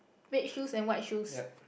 red shoes and white shoes